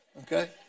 okay